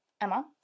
Emma